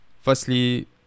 firstly